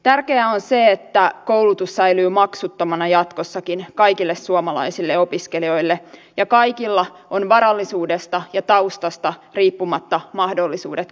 tärkeää on se että koulutus säilyy maksuttomana jatkossakin kaikille suomalaisille opiskelijoille ja kaikilla on varallisuudesta ja taustasta riippumatta mahdollisuudet kouluttautua